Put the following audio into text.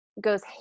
goes